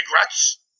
rats